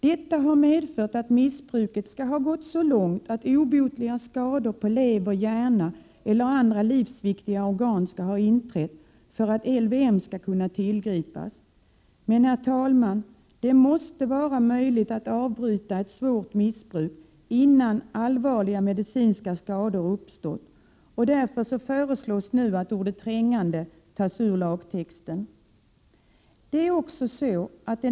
Detta har medfört att missbruket skall ha gått så långt att obotliga skador på lever, hjärna eller andra livsviktiga organ skall ha uppstått för att vård enligt LVM skall kunna tillgripas. Men, herr talman, det måste vara möjligt att avbryta ett svårt missbruk innan allvarliga medicinska skador uppstått. Därför föreslås nu att ordet ”trängande” utgår ur lagtexten.